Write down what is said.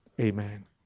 Amen